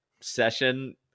session